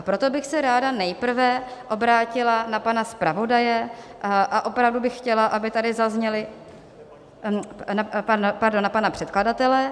Proto bych se ráda nejprve obrátila na pana zpravodaje a opravdu bych chtěla, aby tady zazněly Pardon, na pana předkladatele.